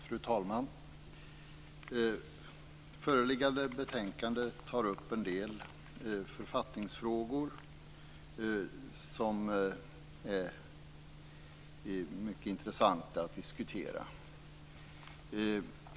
Fru talman! Föreliggande betänkande tar upp en del författningsfrågor som är mycket intressanta att diskutera.